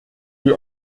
die